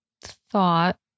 thought